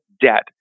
debt